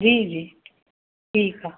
जी जी ठीकु आहे